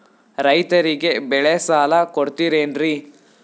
ರೈತರಿಗೆ ಬೆಳೆ ಸಾಲ ಕೊಡ್ತಿರೇನ್ರಿ?